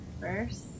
first